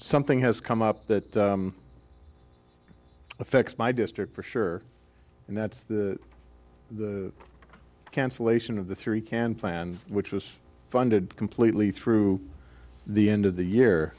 something has come up that affects my district for sure and that's the cancellation of the three can plan which was funded completely through the end of the year